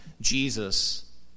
Jesus